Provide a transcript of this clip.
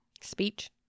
Speech